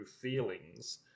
feelings